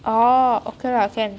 oh okay lah can